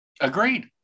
Agreed